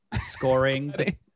Scoring